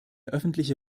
öffentliche